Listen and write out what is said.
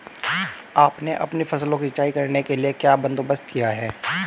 आपने अपनी फसलों की सिंचाई करने के लिए क्या बंदोबस्त किए है